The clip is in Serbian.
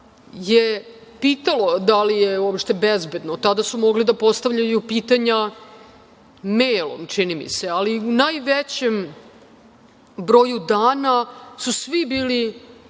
je pitalo da li je uopšte bezbedno, od tada su mogli da postavljaju pitanja mejlom, čini mi se, ali u najvećem broju dana su svi bili pozivani,